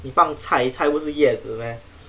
你放菜菜不是叶子 meh